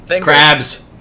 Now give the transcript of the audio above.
Crabs